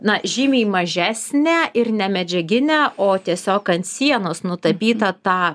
na žymiai mažesnę ir ne medžiaginę o tiesiog ant sienos nutapytą tą